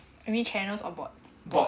you mean channels or bot